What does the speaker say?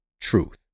truth